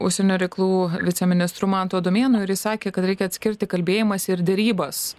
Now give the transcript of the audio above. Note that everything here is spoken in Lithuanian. užsienio reikalų viceministru mantu adomėnu ir jis sakė kad reikia atskirti kalbėjimąsi ir derybas